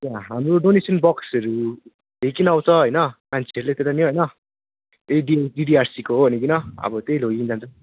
हाम्रो डोनेसन बक्सहरू लिइकन आउँछ होइन मान्छेहरूले तर नि होइन डिडिआरसीको हो भनिकन अब त्यही लगिकन जान्छ